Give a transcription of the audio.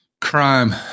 Crime